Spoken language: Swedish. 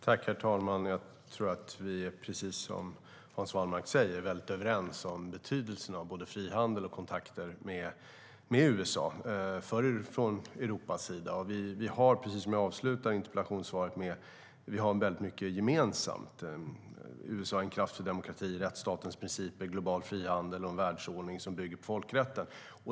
Herr talman! Jag tror, precis som Hans Wallmark säger, att vi är väldigt överens om betydelsen av både frihandel och kontakter med USA från Europas sida. Vi har, precis som jag avslutar interpellationssvaret med, väldigt mycket gemensamt. USA är en kraftfull demokrati, och det handlar om rättsstatens principer, global frihandel och en världsordning som bygger på folkrätten.